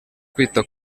kwita